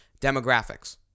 demographics